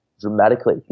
dramatically